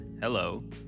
Hello